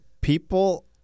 people